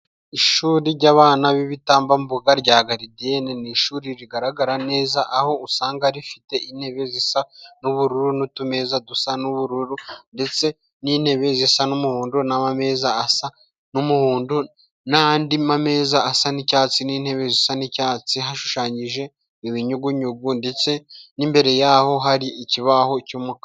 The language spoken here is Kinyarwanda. Ishuri ry'abana b'ibitambambuga rya garidiyene. Ni ishuri rigaragara neza, aho usanga rifite intebe zisa n'ubururu n'utumeza dusa n'ubururu, ndetse n'intebe zisa n'umuhondo n'amameza asa n'umuhondo, n'andi mameza asa n'icyatsi n'intebe zisa n'icyatsi. Hashushanyije ibinyugunyugu ndetse n'imbere yaho hari ikibaho cy'umukara.